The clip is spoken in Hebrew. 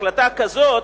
שהחלטה כזאת,